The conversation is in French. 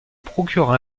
procureur